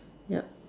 ya